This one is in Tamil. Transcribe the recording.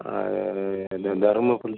த தருமபுரி